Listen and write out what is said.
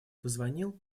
позвонил